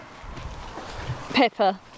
Pepper